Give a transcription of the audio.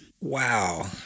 Wow